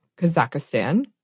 Kazakhstan